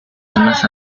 zonas